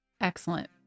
Excellent